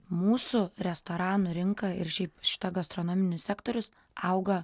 mūsų restoranų rinka ir šiaip šita gastronominis sektorius auga